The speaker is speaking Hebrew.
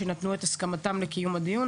שנתנו את הסכמתם לקיום הדיון.